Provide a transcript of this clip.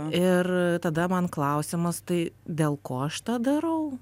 ir tada man klausimas tai dėl ko aš tą darau